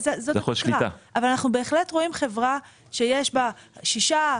קרן: אבל אנחנו בהחלט רואים חברה שיש בה שישה,